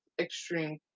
extreme